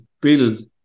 Bills